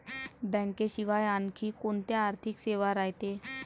बँकेशिवाय आनखी कोंत्या आर्थिक सेवा रायते?